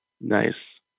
Nice